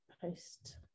post